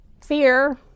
fear